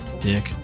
Dick